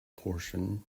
portion